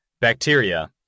bacteria